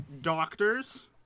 doctors